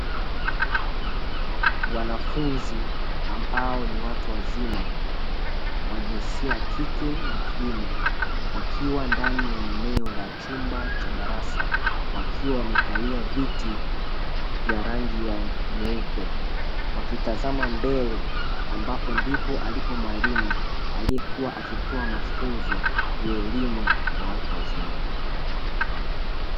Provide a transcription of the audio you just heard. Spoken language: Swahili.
Wanafunzi ambao ni watu wazima wa jinsia ya kike na kiume, wakiwa ndani ya eneo la chumba cha darasa wakiwa wamekalia viti vya rangi nyeupe, wakitazama mbele ambapo ndipo alipo mwalimu aliyekuwa akitoa mafunzo ya elimu kwa watu wazima.